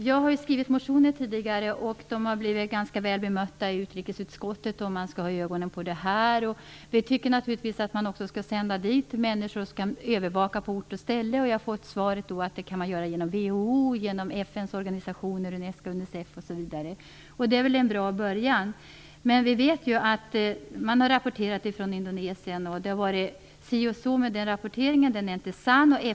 Herr talman! Jag har tidigare skrivit motioner som har blivit ganska väl bemötta i utrikesutskottet. Man har sagt att man skall ha ögonen på det här. Vi tycker naturligtvis att man också skall sända dit människor som kan övervaka på ort och ställe. Vi har fått svaret att man kan göra det genom WHO och genom andra Det är väl en bra början. Men vi vet att man har rapporterat från Indonesien och att det har varit si och så med den rapporteringen. Den är inte sann.